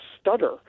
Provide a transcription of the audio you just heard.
stutter